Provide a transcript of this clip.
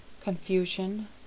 Confusion